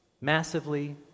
massively